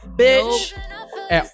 bitch